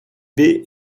baies